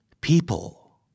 People